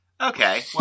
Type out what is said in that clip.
Okay